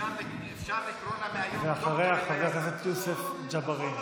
חבר הכנסת יוסף ג'בארין.